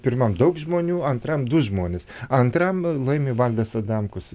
pirmam daug žmonių antram du žmonės antram laimi valdas adamkus